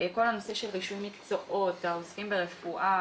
כל הנושא של רישום מקצועות העוסקים ברפואה,